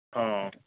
हँ